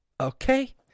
Okay